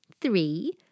three